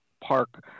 park